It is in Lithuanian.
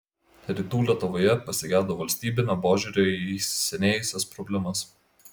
rytų lietuvoje pasigedo valstybinio požiūrio į įsisenėjusias problemas